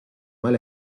mal